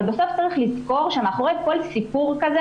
אבל בסוף צריך לזכור שמאחורי כל סיפור כזה